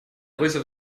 вызов